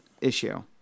issue